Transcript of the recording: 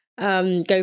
Go